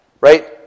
right